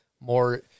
more